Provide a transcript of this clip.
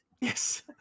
Yes